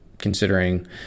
considering